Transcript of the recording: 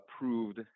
approved